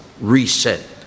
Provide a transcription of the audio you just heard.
reset